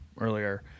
earlier